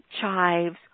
chives